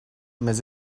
mais